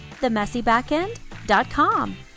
themessybackend.com